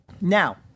Now